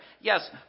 Yes